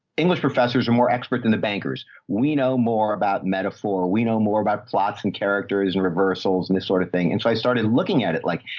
english, professors are more expert than the bankers. we know more about metaphor. we know more about plots and characters and reversals and this sort of thing. and so i started looking at it like,